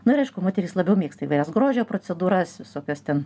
nu ir aišku moterys labiau mėgsta įvairias grožio procedūras visokios ten